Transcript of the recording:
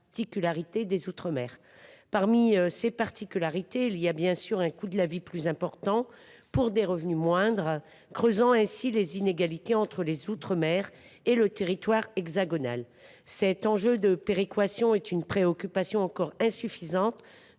la sécurité sociale. Parmi ces particularités, le coût de la vie plus important pour des revenus moindres creuse les inégalités entre les outre mer et le territoire hexagonal. Cet enjeu de péréquation est une préoccupation encore insuffisante